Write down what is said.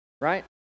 right